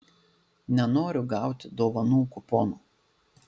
nenoriu gauti dovanų kupono